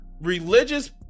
religious